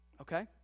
Okay